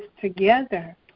together